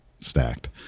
stacked